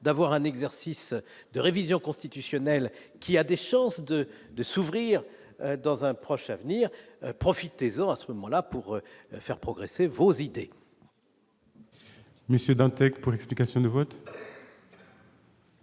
d'avoir un exercice de révision constitutionnelle qui a des chances de de s'ouvrir dans un proche avenir, profitez-en, à ce moment-là, pour faire progresser vos idées.